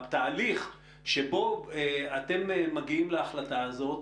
התהליך שבו אתם מגיעים להחלטה הזאת,